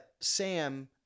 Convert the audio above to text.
Sam